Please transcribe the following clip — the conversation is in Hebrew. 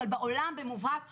אבל בעולם במובהק אומרים: